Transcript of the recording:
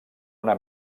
una